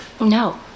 No